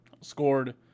scored